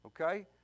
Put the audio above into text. okay